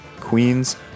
Queens